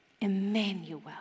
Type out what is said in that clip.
Emmanuel